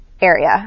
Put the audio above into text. area